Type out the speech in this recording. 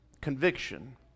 conviction